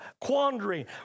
quandary